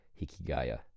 Hikigaya